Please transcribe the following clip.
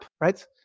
right